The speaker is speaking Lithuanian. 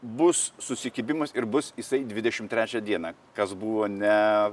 bus susikibimas ir bus jisai dvidešim trečią dieną kas buvo ne